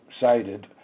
cited